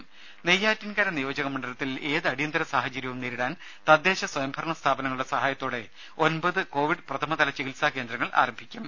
രുമ നെയ്യാറ്റിൻകര നിയോജക മണ്ഡലത്തിൽ ഏത് അടിയന്തര സാഹചര്യവും നേരിടാൻ തദ്ദേശ സ്വയംഭരണ സ്ഥാപനങ്ങളുടെ സഹായത്തോടെ ഒമ്പത് കോവിഡ് പ്രഥമതല ചികിത്സാ കേന്ദ്രങ്ങൾ ആരംഭിക്കും